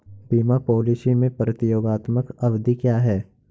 बीमा पॉलिसी में प्रतियोगात्मक अवधि क्या है?